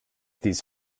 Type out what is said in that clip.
these